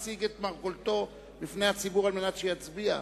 מציג את מרכולתו בפני הציבור על מנת שיצביע.